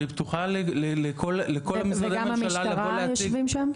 והיא פתוחה לכל משרדי הממשלה לבוא להציג ---.